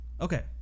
Okay